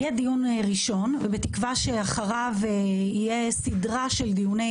היום זהו הדיון ראשון בסדרה של דיוני